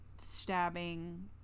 stabbing